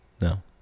No